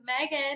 Megan